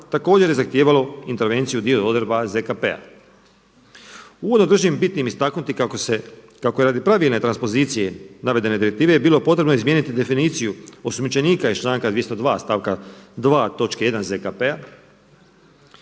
također je zahtijevalo intervenciju dio odredba ZKP-a. Ujedno držim bitnim istaknuti kako se, kako je radi pravilne transpozicije navedene direktive bilo potrebno izmijeniti definiciju osumnjičenika iz članka 202. stavka 2. točke